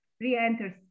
re-enters